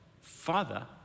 Father